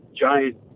giant